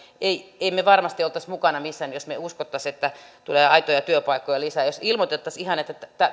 emme me me varmasti olisi mukana missään jos me emme uskoisi että tulee aitoja työpaikkoja lisää jos ilmoitettaisiin ihan että